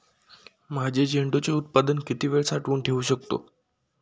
माझे झेंडूचे उत्पादन किती वेळ साठवून ठेवू शकतो?